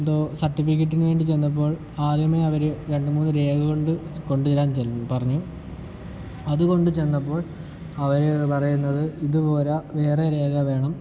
എന്തോ സർട്ടിഫിക്കറ്റിന് വേണ്ടി ചെന്നപ്പോൾ ആദ്യമേ അവർ രണ്ട് മൂന്ന് രേഖ കൊണ്ട് കൊണ്ട് ചെല്ലാൻ പറഞ്ഞു അതുകൊണ്ട് ചെന്നപ്പോൾ അവർ പറയുന്നത് ഇത് പോര വേറെ രേഖ വേണം